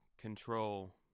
control